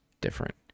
different